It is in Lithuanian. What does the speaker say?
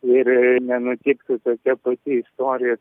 ir nenutiktų tokia pati istorija